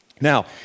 Now